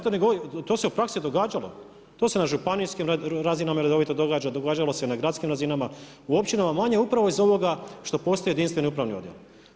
To se u praksi događalo, to se na županijskim razinama redovito događa, događalo se na gradskim razinama, u općinama manje upravo iz ovoga što postoji jedinstveni upravni odjel.